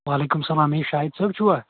وعلیکُم السلام ہے شاہِد صٲب چھِوا